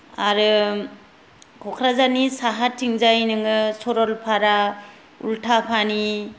आरो क'क्राझारनि साहाथिंजाय नोङो सरलपारा उल्थापानि